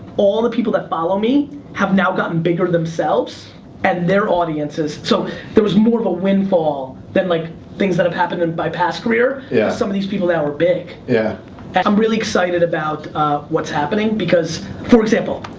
all the people that follow me have now gotten bigger themselves and their audiences. so it was more of a windfall than like things that have happened in my past career to yeah some of these people that were big. yeah and i'm really excited about what's happening because, for example,